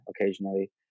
occasionally